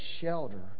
shelter